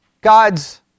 God's